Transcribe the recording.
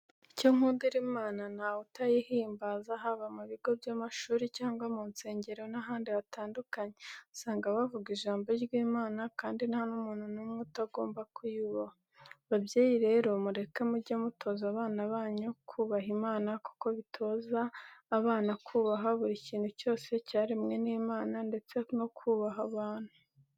Icyo nkundira Imana ntawe utayihimbaza haba mu bigo by'amashuri cyangwa mu nsengero n'ahandi hatandukanye, usanga bavuga ijambo ry'Imana kandi nta n'umuntu n'umwe utagomba kuyubaha. Babyeyi rero mureke mujye mutoza abana banyu kubaha Imana kuko bitoza abana kubaha buri kintu cyose cyaremwe n'Imana ndetse bakubaha n'abantu.